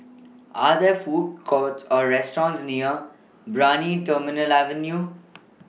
Are There Food Courts Or restaurants near Brani Terminal Avenue